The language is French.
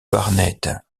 barnett